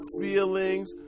feelings